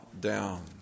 down